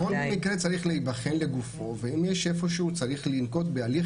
אז כל מקרה צריך להיבחן לגופו ואם צריך לנקוט בהליך